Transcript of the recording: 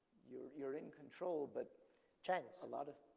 you're you're in control, but chance? a lot of,